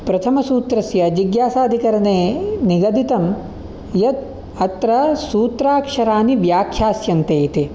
प्रथमसूत्रस्य जिज्ञासाधिकरने निगदितं यत् अत्र सूत्राक्षरानि व्याख्यास्यन्ते इति